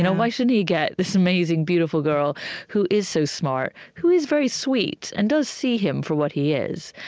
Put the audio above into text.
and why shouldn't he get this amazing, beautiful girl who is so smart, who is very sweet and does see him for what he is.